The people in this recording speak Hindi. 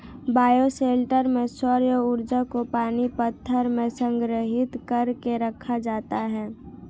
बायोशेल्टर में सौर्य ऊर्जा को पानी पत्थर में संग्रहित कर के रखा जाता है